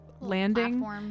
landing